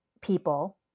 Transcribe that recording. people